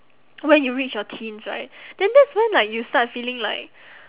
when you reach your teens right then that's when like you start feeling like